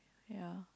ya